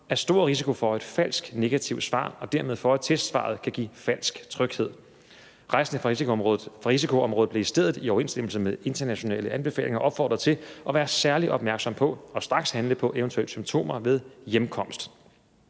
er stor risiko for et falsk negativt svar og dermed for, at testsvaret kan give falsk tryghed. Rejsende fra risikoområdet blev i stedet i overensstemmelse med internationale anbefalinger opfordret til at være særlig opmærksomme på og straks handle på eventuelle symptomer ved hjemkomst.